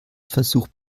versucht